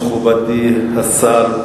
מכובדי השר,